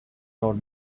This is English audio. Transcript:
not